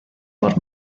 por